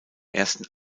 ersten